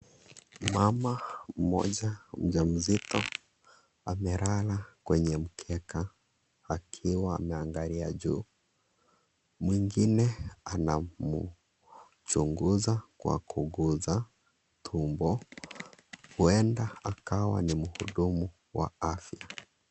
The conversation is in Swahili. Mama mmoja mjamzito amelala kwenye mkeka akiwa ameangalia juu. Mwengine anamchunguza kwa kuguza tumbo. Huenda akawa ni mhudumu wa afya.